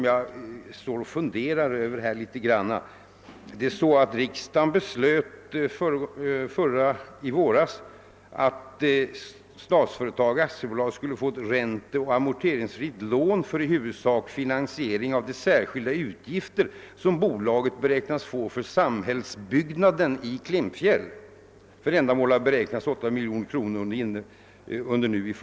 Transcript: Jag har dock lagt märke till en annan sak, en detalj. Riksdagen beslöt i våras att Statsföretag AB skulle få ett ränteoch amorteringsfritt lån för i huvudsak finansiering av de särskilda utgifter som bolaget beräknas få för samhällsbyggnaden i Klimpfjäll. Man beräknade 8 miljoner kronor för ändamålet.